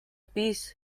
piece